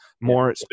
more